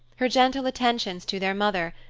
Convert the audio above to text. her gentle attentions to their mother,